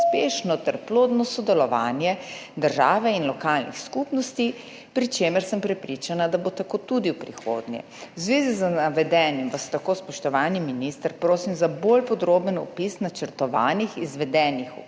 uspešno ter plodno sodelovanje države in lokalnih skupnosti, pri čemer sem prepričana, da bo tako tudi v prihodnje. V zvezi z navedenim vas, spoštovani minister, prosim: Ali mi lahko podate podrobnejši opis načrtovanih, izvedenih ukrepov